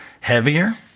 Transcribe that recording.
Heavier